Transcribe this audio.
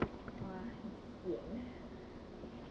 !wah! sian